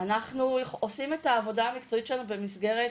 אנחנו עושים את העבודה המקצועית שלנו במסגרת